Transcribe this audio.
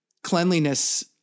Cleanliness